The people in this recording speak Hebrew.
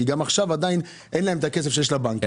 כי גם עכשיו אין להם את הכסף שיש לבנקים.